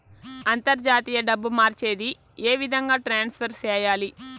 అంతర్జాతీయ డబ్బు మార్చేది? ఏ విధంగా ట్రాన్స్ఫర్ సేయాలి?